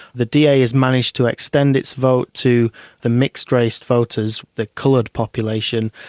the da has managed to extend its vote to the mixed-race voters, the coloured population,